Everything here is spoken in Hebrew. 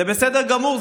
זה בסדר גמור.